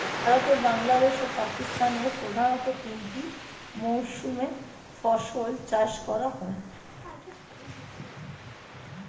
ভারতে, বাংলাদেশ ও পাকিস্তানের প্রধানতঃ তিনটি মৌসুমে ফসল চাষ হয় রবি, কারিফ এবং জাইদ